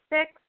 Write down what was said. six